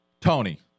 Tony